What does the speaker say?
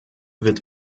wird